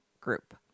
group